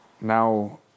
now